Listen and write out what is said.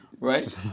right